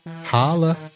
Holla